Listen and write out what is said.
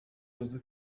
uzwi